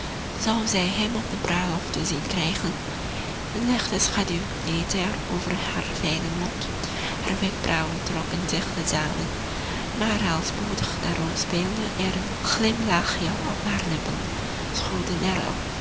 zij hem op de bruiloft te zien krijgen een lichte schaduw gleed er over haar fijnen mond haar wenkbrauwen trokken zich te zamen maar al spoedig daarop speelde er een glimlachje om haar lippen